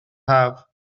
haf